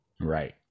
Right